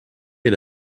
est